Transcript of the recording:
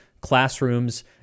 classrooms